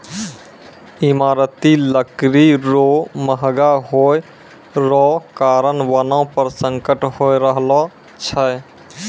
ईमारती लकड़ी रो महगा होय रो कारण वनो पर संकट होय रहलो छै